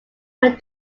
went